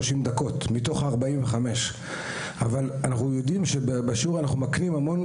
דקות מתוך 45. אבל אנחנו יודעים שבשיעור אנחנו מקנים הרבה מאוד